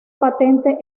patente